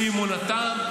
לפי אמונתם.